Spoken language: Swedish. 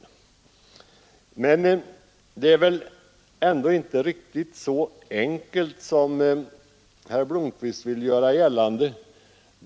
Men det är väl ändå inte riktigt så enkelt som herr Blomkvist gör gällande.